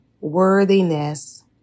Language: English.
worthiness